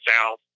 South